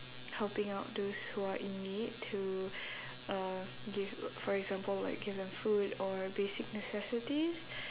helping out those who are in need to uh give for example like give them food or basic necessities